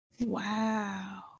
Wow